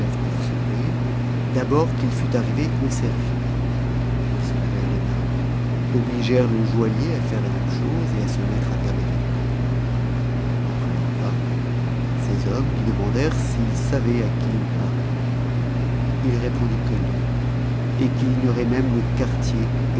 pour souper d'abord qu'il fut arrivé on servit ils se lavèrent les mains obligèrent le joaillier à faire la même chose et à se mettre à table avec eux après le repas ces hommes lui demandèrent s'il savait à qui il parlait il répondit que non et qu'il ignorait monf le quartier